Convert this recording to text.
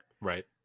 right